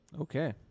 Okay